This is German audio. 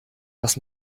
was